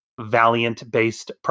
Valiant-based